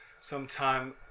sometime